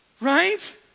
right